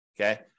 Okay